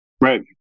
Right